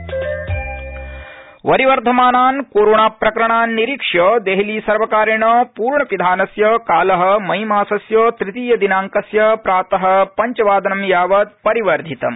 दह्विी पूर्णपिधानम् वरिवर्धमानान् कोरोणाप्रकरणान् निरीक्ष्य दर्दलीसर्वकारणिपूर्णपिधानस्य काल मई मासस्य तृतीयदिनांकस्य प्रात पंचवादनं यावत् परिवर्धितम्